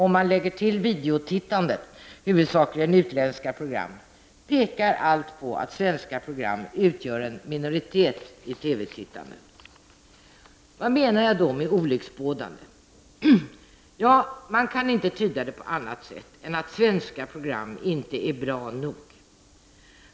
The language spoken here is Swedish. Om man därtill lägger videotittandet, huvudsakligen utländska filmer, pekar allt på att svenska program utgör en minoritet. Vad menar jag då med olycksbådande? Man kan inte tyda det på annat sätt än att svenska program inte är bra nog.